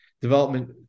development